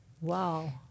Wow